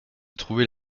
trouvait